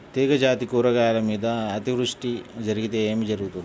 తీగజాతి కూరగాయల మీద అతివృష్టి జరిగితే ఏమి జరుగుతుంది?